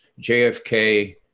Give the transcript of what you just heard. JFK